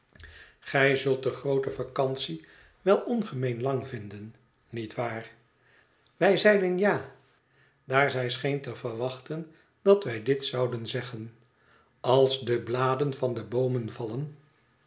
gij zult de groote vacantie wel ongemeen lang vinden niet waar wij zeiden ja daar zij scheen te verwachten dat wij dit zouden zeggen als de bladen van de boomen vallen